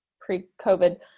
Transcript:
pre-covid